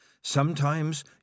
Sometimes